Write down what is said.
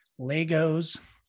Legos